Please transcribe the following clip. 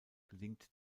gelingt